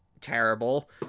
terrible